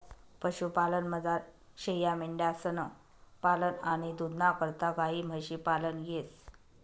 पशुपालनमझार शेयामेंढ्यांसनं पालन आणि दूधना करता गायी म्हशी पालन येस